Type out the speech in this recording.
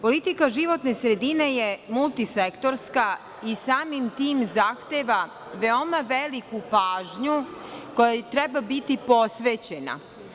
Politika životne sredine je multisektorska i samim tim zahteva veliku pažnju kojoj treba biti posvećena.